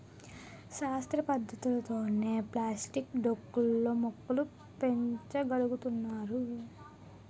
శాస్త్ర పద్ధతులతోనే ప్లాస్టిక్ డొక్కు లో మొక్కలు పెంచ గలుగుతున్నారు